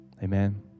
Amen